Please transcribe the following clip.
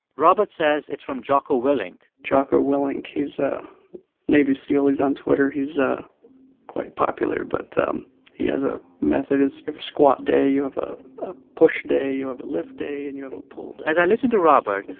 robert says it's from jocko willink jocko willink he's a navy seal. he's on twitter. he's quite popular, but um he has a method. it's you have a squat day, you have a push day, you have a lift day and you have a pull day as i listened to robert,